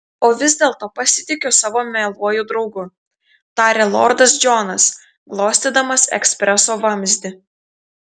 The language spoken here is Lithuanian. o vis dėlto pasitikiu savo mieluoju draugu tarė lordas džonas glostydamas ekspreso vamzdį